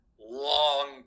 long